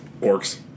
Orcs